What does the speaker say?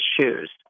shoes